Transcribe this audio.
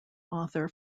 author